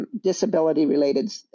Disability-related